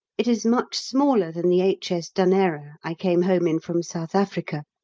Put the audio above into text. it is much smaller than the h s. dunera i came home in from south africa.